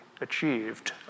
achieved